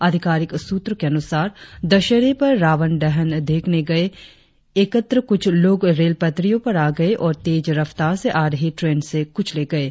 आधिकारिक सूत्रो के अनुसार टशहरे पर रावण ट्डन देखने के लिए एकव कुछ लोग रेल एटरियो पर आ गये और तेज रफ्तार से आ रही ट्रेन से कुचले गये